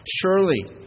surely